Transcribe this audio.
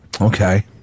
Okay